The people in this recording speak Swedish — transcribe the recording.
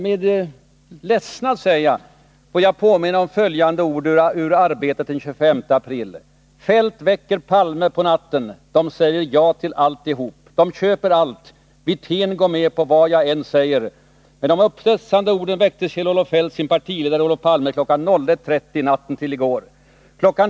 Med ledsnad vill jag påminna om följande ord ur Arbetet den 25 april: ”Feldt väcker Palme på natten: — De säger ja till alltihop! — De köper allt! Wirtén går med på vad jag än säger! Med de upphetsade orden väckte Kjell-Olof Feldt sin partiledare Olof Palme kl. 01.30 natten till i går. Kl.